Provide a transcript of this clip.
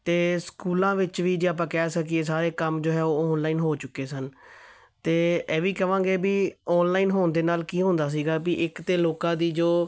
ਅਤੇ ਸਕੂਲਾਂ ਵਿੱਚ ਵੀ ਜੇ ਆਪਾਂ ਕਹਿ ਸਕੀਏ ਸਾਰੇ ਕੰਮ ਜੋ ਹੈ ਉਹ ਔਨਲਾਈਨ ਹੋ ਚੁੱਕੇ ਸਨ ਅਤੇ ਇਹ ਵੀ ਕਹਾਂਗੇ ਵੀ ਔਨਲਾਈਨ ਹੋਣ ਦੇ ਨਾਲ ਕੀ ਹੁੰਦਾ ਸੀਗਾ ਵੀ ਇੱਕ ਤਾਂ ਲੋਕਾਂ ਦੀ ਜੋ